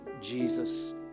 Jesus